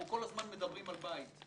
אנחנו כל הזמן מדברים על בית.